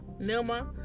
Nilma